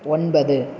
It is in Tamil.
ஒன்பது